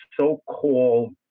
so-called